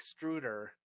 extruder